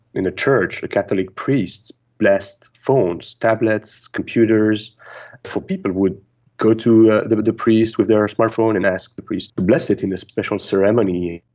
in a church a catholic priest blessed phones, tablets, computers for people who would go to the the priest with their smart phone and ask the priest to bless it in a special ceremony,